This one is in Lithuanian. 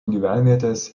gyvenvietės